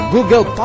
Google